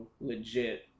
legit